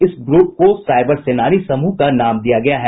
इस ग्रुप को साइवर सेनानी समूह का नाम दिया गया है